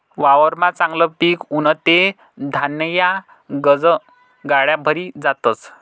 वावरमा चांगलं पिक उनं ते धान्यन्या गनज गाड्या भरी जातस